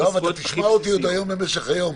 יואב, אתה תשמע אותי עוד היום במשך היום.